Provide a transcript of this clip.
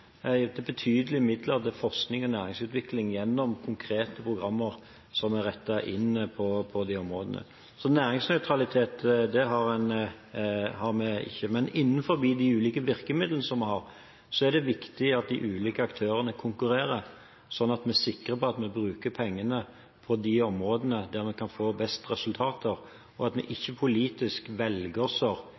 betydelige midler til forskning og næringsutvikling gjennom konkrete programmer som er rettet inn mot de områdene, så næringsnøytralitet har vi ikke. Men innenfor de ulike virkemidlene vi har, er det viktig at de ulike aktørene konkurrerer, sånn at vi er sikre på at vi bruker pengene på de områdene der vi kan få best resultater, og at vi ikke politisk velger